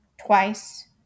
twice